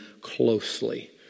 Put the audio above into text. closely